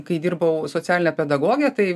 kai dirbau socialine pedagoge tai